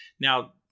now